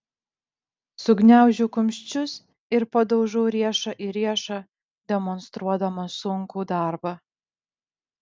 sugniaužiu kumščius ir padaužau riešą į riešą demonstruodama sunkų darbą